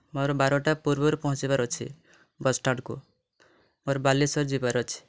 ମୋର ବାରଟା ପୂର୍ବରୁ ପହଞ୍ଚିବାର ଅଛି ବସ୍ ଷ୍ଟାଣ୍ଡକୁ ମୋର ବାଲେଶ୍ୱର ଯିବାର ଅଛି